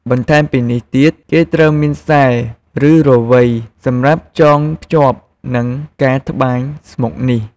បន្ថែមពីនេះទៀត គេត្រូវមានខ្សែ ឬរវៃ សម្រាប់ចងភ្ជាប់ និងការត្បាញស្មុកនេះ។